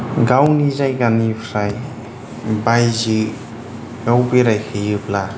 गावनि जायगानिफ्राय बायजोआव बेरायहैयोब्ला